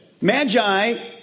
Magi